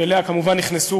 שאליה כמובן נכנס,